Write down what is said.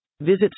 Visit